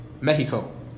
Mexico